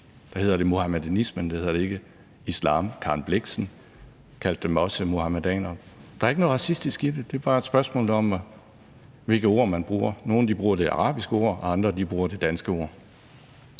hedder det muhamedanismen; der hedder det ikke islam. Karen Blixen kaldte dem også for muhamedanere. Der er ikke noget racistisk i det; det er bare et spørgsmål om, hvilket ord man bruger. Nogle bruger det arabiske ord, andre bruger det danske ord.